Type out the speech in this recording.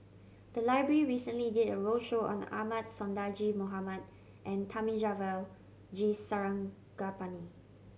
the library recently did a roadshow on Ahmad Sonhadji Mohamad and Thamizhavel G Sarangapani